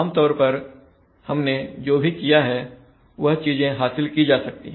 आमतौर पर हमने जो भी किया है वह चीजें हासिल की जा सकती है